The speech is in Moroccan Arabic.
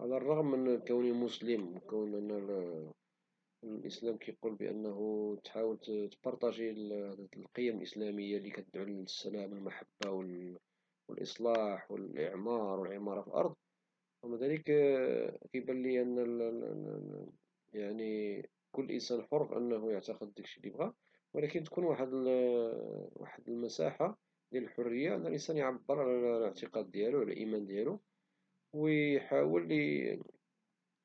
على الرغم من أنني مسلم والإسلام كيقول بلي تحاول تبارطاجي القيم الإسلامية لي كتدعو للسلام والمحبة والإصلاح والاعمار والعمارة في الأرض، فرغم ذلك كيبالي أن كل إنسان حر يعتقد في شي لي بغا ولكن تكون واحد المساحة ديال الحرية أن الانسان يعبر على الاعتقاد ديالو وعلى الايمان ديالو ويحاول